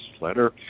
letter